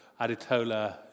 Aditola